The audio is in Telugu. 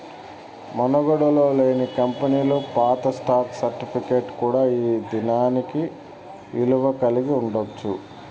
మనుగడలో లేని కంపెనీలు పాత స్టాక్ సర్టిఫికేట్ కూడా ఈ దినానికి ఇలువ కలిగి ఉండచ్చు